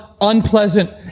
unpleasant